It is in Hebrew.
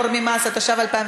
הוראת שעה),